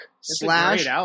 slash